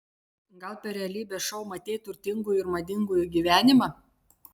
gal per realybės šou matei turtingųjų ir madingųjų gyvenimą